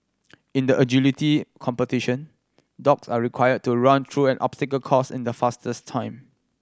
in the agility competition dogs are required to run through an obstacle course in the fastest time